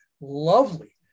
lovely